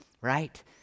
right